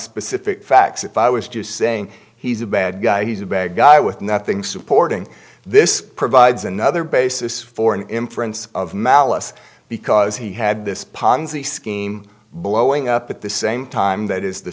specific facts if i was just saying he's a bad guy he's a bad guy with nothing supporting this provides another basis for an inference of malice because he had this ponzi scheme blowing up at the same time that is the